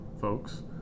folks